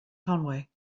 conway